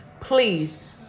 please